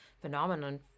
phenomenon